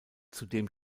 zudem